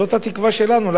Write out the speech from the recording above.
זאת התקווה שלנו.